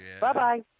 Bye-bye